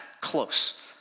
close